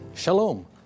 Shalom